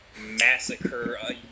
massacre